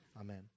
Amen